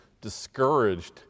discouraged